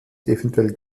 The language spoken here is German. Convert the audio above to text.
eventuell